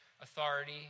authority